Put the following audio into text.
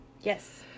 Yes